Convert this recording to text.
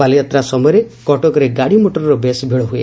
ବାଲିଯାତ୍ରା ସମୟରେ କଟକରେ ଗାଡିମୋଟରର ବେଶ୍ ଭିଡ ହୁଏ